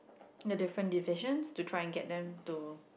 their different deviation to trying get them to